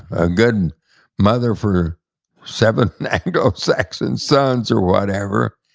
a good mother for seven anglo-saxon sons, or whatever.